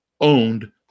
owned